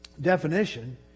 definition